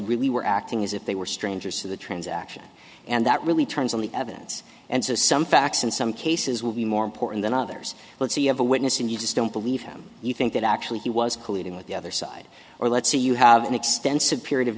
really were acting as if they were strangers to the transaction and that really turns on the evidence and says some facts in some cases will be more important than others let's say you have a witness and you just don't believe him you think that actually he was colluding with the other side or let's say you have an extensive period of